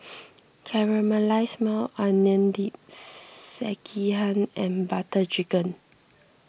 Caramelized Maui Onion Dip Sekihan and Butter Chicken